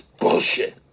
bullshit